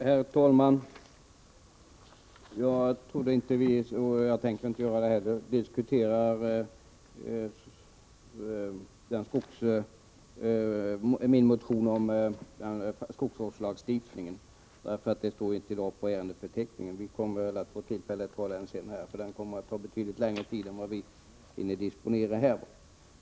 Herr talman! Jag skall inte diskutera min motion om skogsvårdslagstiftningen. Den står inte med på dagens ärendeförteckning, men vi får väl tillfälle att diskutera den senare. En sådan diskussion skulle också ta betydligt längre tid än den vi kan disponera här.